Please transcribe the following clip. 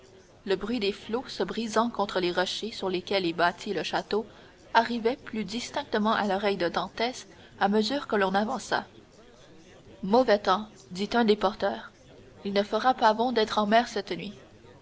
le bruit des flots se brisant contre les rochers sur lesquels est bâti le château arrivait plus distinctement à l'oreille de dantès à mesure que l'on avança mauvais temps dit un des porteurs il ne fera pas bon d'être en mer cette nuit